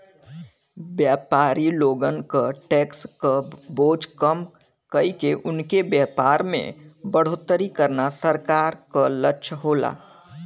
व्यापारी लोगन क टैक्स क बोझ कम कइके उनके व्यापार में बढ़ोतरी करना सरकार क लक्ष्य होला